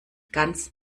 ganz